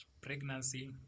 pregnancy